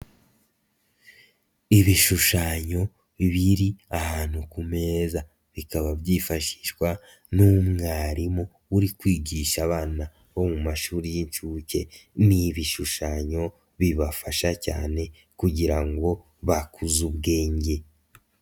Ibishushanyo bibiri ahantu ku meza bikaba byifashishwa n'umwarimu uri kwigisha abana bo mu mashuri y'inshuke, ni ibishushanyo bibafasha cyane kugira ngo bakuze ubwenge.